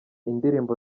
indirimbo